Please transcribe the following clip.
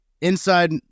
Inside